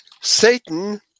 Satan